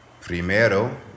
Primero